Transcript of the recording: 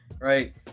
right